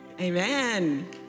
Amen